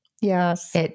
Yes